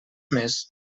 més